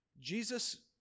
Jesus